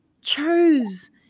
chose